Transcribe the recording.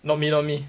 not me not me